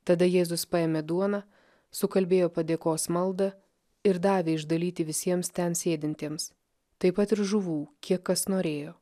tada jėzus paėmė duoną sukalbėjo padėkos maldą ir davė išdalyti visiems ten sėdintiems taip pat ir žuvų kiek kas norėjo